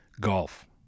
golf